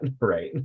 right